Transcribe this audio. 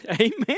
amen